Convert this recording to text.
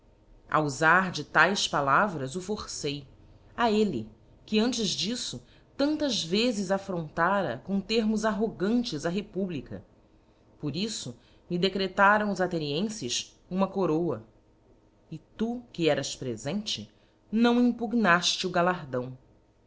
ufar de taes palavras o forcei a elle que antes diíto tantas vezes affrontara com termos arrogantes a republica por iffo me decretaram os athenienfes uma coroa e tu que eras prefente não impugnaíle o galardão